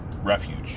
refuge